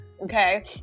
okay